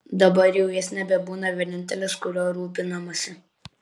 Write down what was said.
dabar jau jis nebebūna vienintelis kuriuo rūpinamasi